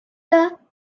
are